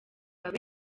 abe